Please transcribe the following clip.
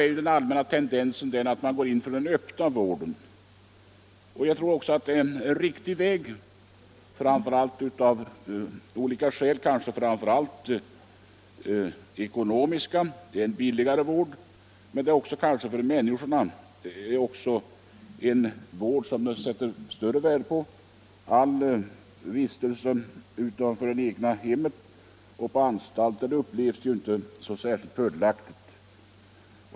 är den allmänna tendensen att man går in för den öppna vården. Av olika skäl tror jag att det är en riktig väg, kanske framför allt ur ekonomisk synpunkt, men den öppna vården är måhända också en vård som människorna sätter större värde på. All vistelse på anstalter upplevs ju inte som särskilt fördelaktig.